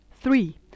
Three